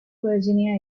virginia